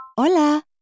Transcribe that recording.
Hola